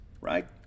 right